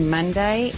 Monday